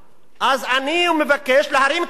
אז אני מבקש להרים את המסך: